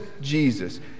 Jesus